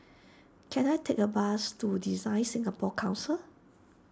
can I take a bus to Design Singapore Council